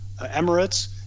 Emirates